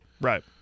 Right